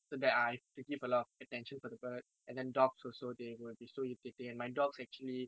so then I have to give a lot of attention for the bird and and then dogs also they will be so irritating and my dogs actually